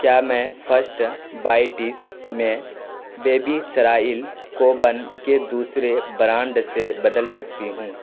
کیا میں first bites میں بیبیس رائل کوبن کے دوسرے برانڈ سے بدل سکتی ہوں